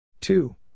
Two